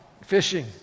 fishing